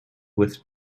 with